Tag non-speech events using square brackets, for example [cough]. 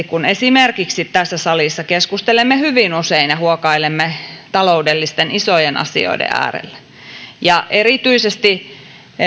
[unintelligible] kun esimerkiksi tässä salissa keskustelemme hyvin usein ja huokailemme isojen taloudellisten asioiden äärellä ja erityisesti